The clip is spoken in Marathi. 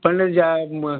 पण ज्या मग